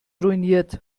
ruiniert